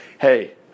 Hey